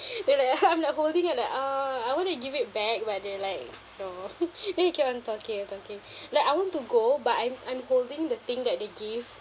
then I help no holding it like ah I want to give it back but they're like no then they keep on talking and talking like I want to go but I'm I'm holding the thing that they give